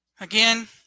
Again